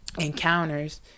encounters